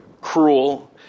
cruel